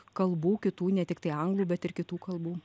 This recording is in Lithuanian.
kalbų kitų ne tiktai anglų bet ir kitų kalbų